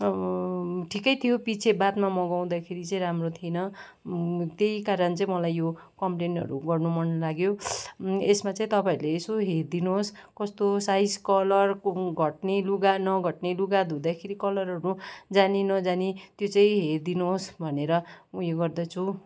अब ठिकै थियो पिछे बादमा मगाउँदाखेरि चाहिँ राम्रो थिएन त्यही कारण चाहिँ मलाई यो कमप्लेनहरू गर्नु मन लाग्यो यसमा चाहिँ तपाईँहरूले यसो हेरिदिनुहोस् कस्तो साइज कलर घट्ने लुगा नघट्ने लुगा धुँदाखेरि कलरहरू जाने नजाने त्यो चाहिँ हेरिदिनुहोस् भनेर उयो गर्दछु